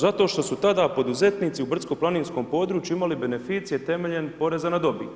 Zato što su tada poduzetnici u brdsko-planinskom području imali beneficije temeljem poreza na dobit.